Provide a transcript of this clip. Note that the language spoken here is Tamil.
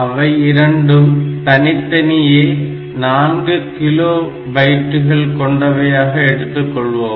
அவை இரண்டும் தனித்தனியே 4 கிலோ பைட்டுகள் கொண்டவையாக எடுத்துக்கொள்வோம்